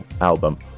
album